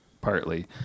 Partly